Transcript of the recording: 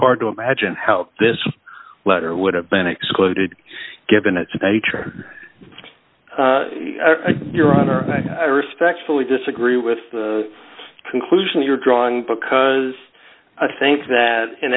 hard to imagine how this letter would have been excluded given its nature your honor i respectfully disagree with the conclusions you're drawing because i think that in